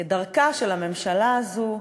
כדרכה של הממשלה הזאת,